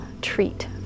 treat